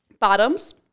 Bottoms